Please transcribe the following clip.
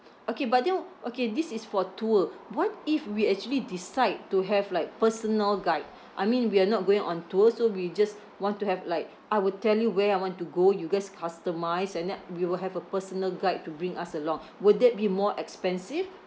okay but then okay this is for tour what if we actually decide to have like personal guide I mean we are not going on tour so we just want to have like I will tell you where I want to go you guys customise and then we will have a personal guide to bring us along will that be more expensive